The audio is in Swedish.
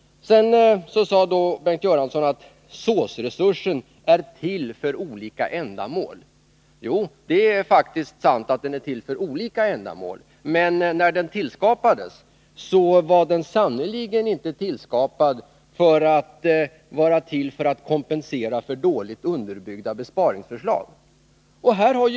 Sedan sade Bengt Göransson att SÅS-resursen är till för olika ändamål. Ja, det är faktiskt sant — men när den tillskapades skedde det sannerligen inte för att den skulle kompensera för dåligt underbyggda besparingsförslag.